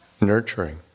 nurturing